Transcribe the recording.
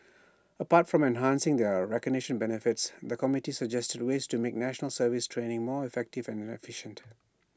apart from enhancing their recognition benefits the committee suggested ways to make National Service training more effective and efficient